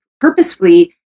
purposefully